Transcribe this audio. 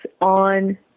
on